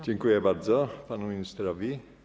Dziękuję bardzo panu ministrowi.